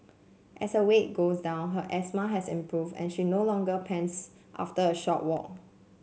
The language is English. as her weight goes down her asthma has improved and she no longer pants after a short walk